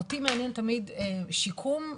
אותי תמיד שיקום,